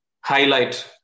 highlight